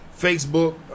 Facebook